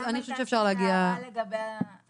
אני חושבת שאפשר להגיע הייתה שם הערה לגבי הזמן.